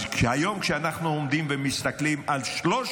אז היום, כשאנחנו עומדים ומסתכלים על שלוש